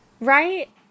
Right